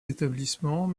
établissements